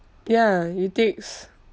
ya it takes